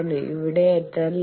ഇവിടെ എന്താണ് λ